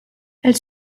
elle